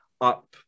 up